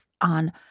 on